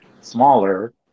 smaller